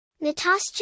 Natasha